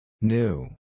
New